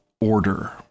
order